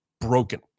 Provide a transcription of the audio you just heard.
broken